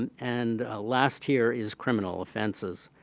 and and ah last here is criminal offenses.